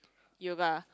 yoga